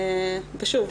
ושוב.